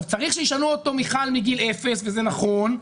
צריך שישנו אותו מגיל אפס וזה נכון,